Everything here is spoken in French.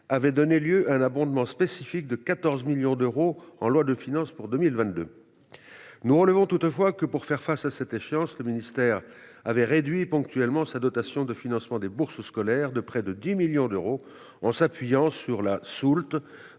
avait donné lieu à un abondement spécifique de 14 millions d'euros en loi de finances pour 2022. Nous relevons toutefois que, pour faire face à cette échéance, le ministère avait réduit ponctuellement sa dotation de financement des bourses scolaires de près de 10 millions d'euros, en s'appuyant sur la soulte